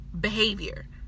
behavior